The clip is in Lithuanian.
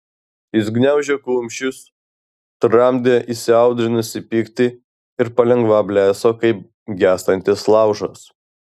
jis gniaužė kumščius tramdė įsiaudrinusį pyktį ir palengva blėso kaip gęstantis laužas